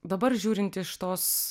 dabar žiūrint iš tos